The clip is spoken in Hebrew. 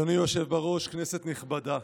אדוני היושב-ראש, כנסת נכבדה,